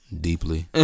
deeply